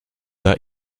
are